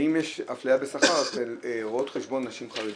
האם יש אפליה בשכר אצל רואות חשבון נשים חרדיות?